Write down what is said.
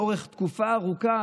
לאורך תקופה ארוכה.